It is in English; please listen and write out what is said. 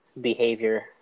Behavior